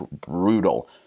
brutal